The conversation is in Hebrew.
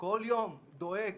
דואג